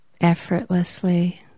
effortlessly